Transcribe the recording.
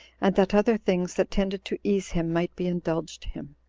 and that other things that tended to ease him might be indulged him.